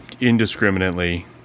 indiscriminately